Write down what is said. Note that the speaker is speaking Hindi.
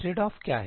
ट्रेड ऑफ क्या है